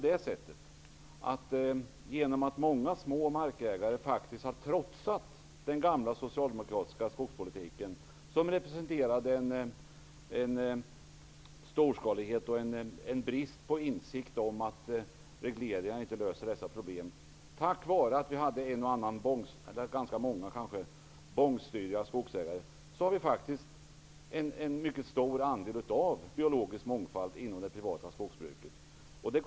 Den gamla socialdemokratiska skogspolitiken representerade en storskalighet och en brist på insikt om att regleringar inte löser problemen. Tack vare det faktum att många ägare till små marker varit bångstyriga och faktiskt trotsat den politiken finns det en stor biologisk mångfald inom det privata skogsbruket.